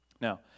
Now